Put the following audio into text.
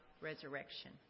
resurrection